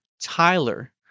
tyler